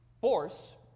force